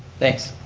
thanks.